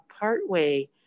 partway